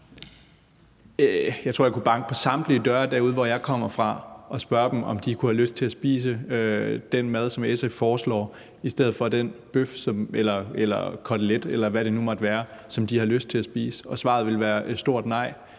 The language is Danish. Jeg tror, jeg kunne banke på samtlige døre derude, hvor jeg kommer fra, og spørge dem, om de kunne have lyst til at spise den mad, som SF foreslår, i stedet for den bøf eller kotelet, eller hvad det nu måtte være, som de har lyst til at spise, og svaret ville være: Nej,